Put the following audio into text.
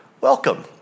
welcome